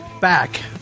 back